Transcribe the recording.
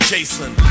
Jason